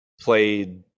played